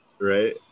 Right